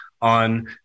on